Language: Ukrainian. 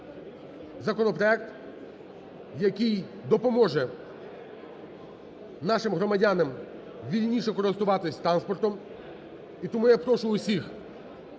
законопроект, який допоможе нашим громадянам вільніше користуватись транспортом. І тому я прошу усіх